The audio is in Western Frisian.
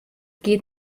giet